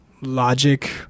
logic